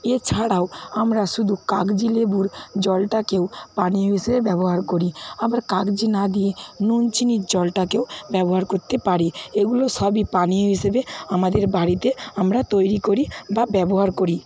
এছাড়াও আমরা শুধু কাগজি লেবুর জলটাকেও পানীয় হিসেবে ব্যবহার করি আবার কাগজি না দিয়ে নুন চিনির জলটাকেও ব্যবহার করতে পারি এগুলো সবই পানীয় হিসেবে আমাদের বাড়িতে আমরা তৈরি করি বা ব্যবহার করি